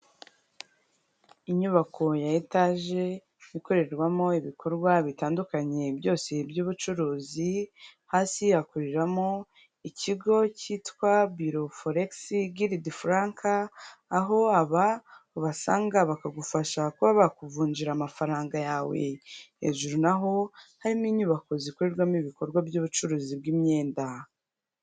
Inyubako ya etaje ikorerwamo ibikorwa bitandukanye byose by'ubucuruzi, hasi hakoreramo ikigo cyitwa biro foregisi giridi Frank aho aba ubasanga bakagufasha kuba bakuvunjira amafaranga yawe. Hejuru naho harimo inyubako zikorerwamo ibikorwa by'ubucuruzi bw'imyenda.